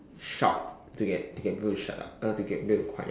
shout to get to get people to shut up uh to get people to quiet